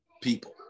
people